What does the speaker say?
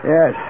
Yes